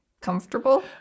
comfortable